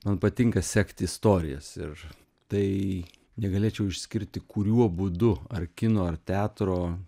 man patinka sekt istorijas ir tai negalėčiau išskirti kuriuo būdu ar kino ar teatro